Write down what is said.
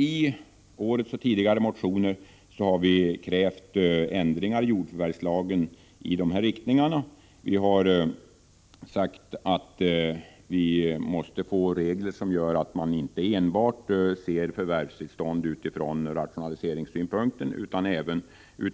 I motioner detta och tidigare år har vi krävt ändringar i jordförvärvslagen. Vi har sagt att det måste skapas regler som innebär att förvärvstillstånd inte ses enbart från rationaliseringssynpunkt, utan även